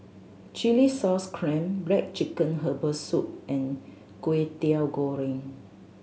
chilli sauce clams black chicken herbal soup and Kway Teow Goreng